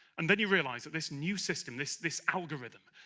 and then you realize that this new system, this this algorithm,